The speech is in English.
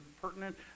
pertinent